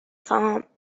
خوام